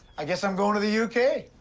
i guess i'm going to the u k.